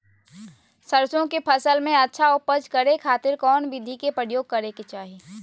सरसों के फसल में अच्छा उपज करे खातिर कौन विधि के प्रयोग करे के चाही?